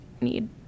need